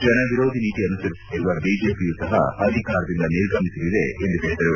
ಜನವಿರೋಧಿ ನೀತಿ ಅನುಸರಿಸುತ್ತಿರುವ ಬಿಜೆಪಿಯೂ ಸಹ ಅಧಿಕಾರದಿಂದ ನಿರ್ಗಮಿಸಲಿದೆ ಎಂದು ಹೇಳಿದರು